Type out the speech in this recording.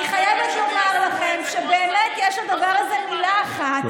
אני חייבת לומר לכם שבאמת יש לדבר הזה מילה אחת,